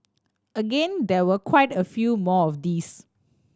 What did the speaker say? again there were quite a few more of these